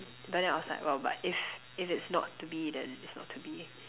but then I was like well but if if it's not to be then it's not to be